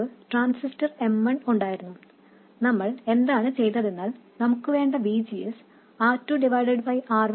നമ്മുക്ക് transistor M1 ഉണ്ടായിരുന്നു നമ്മൾ എന്താണ് ചെയ്തതെന്നാൽ നമുക്ക് വേണ്ട VGS R2R1 R2 VDD ആണ്